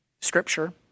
Scripture